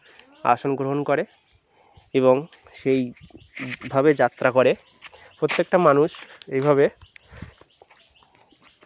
আসন গ্রহণ করে এবং সেই ভাবে যাত্রা করে প্রত্যেকটা মানুষ এইভাবে